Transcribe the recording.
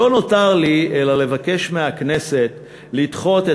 לא נותר לי אלא לבקש מהכנסת לדחות את